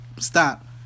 Stop